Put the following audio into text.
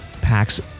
packs